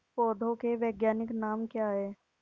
पौधों के वैज्ञानिक नाम क्या हैं?